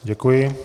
Děkuji.